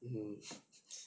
mm